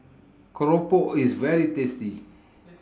Keropok IS very tasty